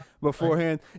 beforehand